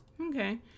Okay